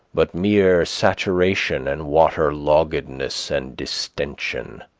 but mere saturation and waterloggedness and distention.